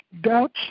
doubts